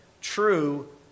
True